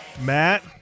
Matt